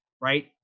right